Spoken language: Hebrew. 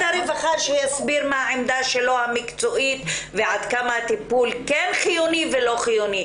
הרווחה שיסביר מה העמדה המקצועית שלו ועד כמה הטיפול חיוני או לא חיוני.